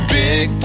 big